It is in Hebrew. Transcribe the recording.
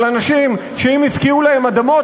לאנשים שאם הפקיעו להם אדמות,